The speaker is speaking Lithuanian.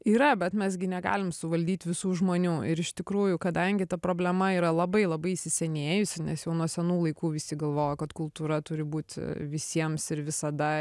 yra bet mes gi negalim suvaldyt visų žmonių ir iš tikrųjų kadangi ta problema yra labai labai įsisenėjusi nes jau nuo senų laikų visi galvoja kad kultūra turi būt visiems ir visada